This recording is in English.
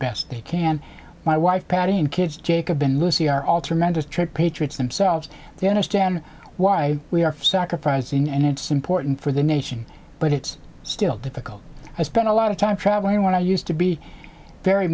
best they can my wife patti and kids jacob and lucy are all tremendous trade patriots themselves they understand why we are sacrificing and it's important for the nation but it's still difficult i spend a lot of time travelling i want to use to be very